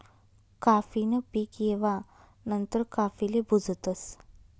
काफी न पीक येवा नंतर काफीले भुजतस